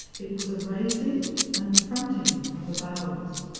it was a raising and fronting of the vowels.